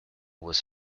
was